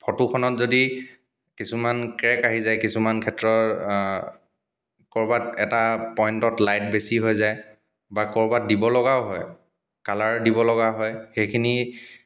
ফটোখনত যদি কিছুমান ক্ৰেক আহি যায় কিছুমান ক্ষেত্ৰত ক'ৰবাত এটা পইণ্টত লাইট বেছি হৈ যায় বা ক'ৰবাত দিবলগাও হয় কালাৰ দিবলগা হয় সেইখিনি